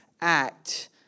act